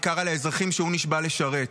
בעיקר על האזרחים שהוא נשבע לשרת.